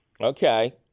Okay